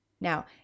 Now